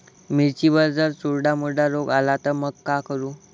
मिर्चीवर जर चुर्डा मुर्डा रोग आला त मंग का करू?